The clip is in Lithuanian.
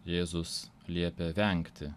jėzus liepia vengti